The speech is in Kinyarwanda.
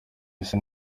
ese